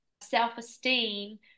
self-esteem